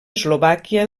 eslovàquia